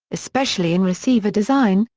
especially in receiver design,